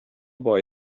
boy